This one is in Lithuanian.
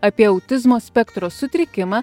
apie autizmo spektro sutrikimą